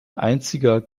einziger